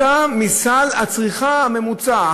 ההכנסה פחותה מסל הצריכה הממוצע.